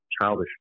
childish